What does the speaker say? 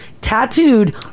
tattooed